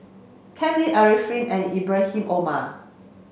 Ken Lim Arifin and Ibrahim Omar